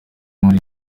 muri